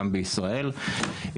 גם בישראל,